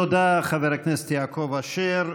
תודה, חבר הכנסת יעקב אשר.